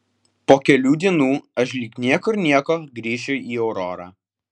po kelių dienų aš lyg niekur nieko grįšiu į aurorą